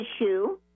issue